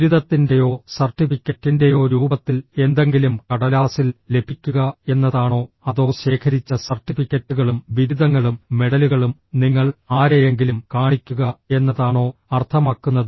ബിരുദത്തിൻ്റെയോ സർട്ടിഫിക്കറ്റിൻ്റെയോ രൂപത്തിൽ എന്തെങ്കിലും കടലാസിൽ ലഭിക്കുക എന്നതാണോ അതോ ശേഖരിച്ച സർട്ടിഫിക്കറ്റുകളും ബിരുദങ്ങളും മെഡലുകളും നിങ്ങൾ ആരെയെങ്കിലും കാണിക്കുക എന്നതാണോ അർത്ഥമാക്കുന്നത്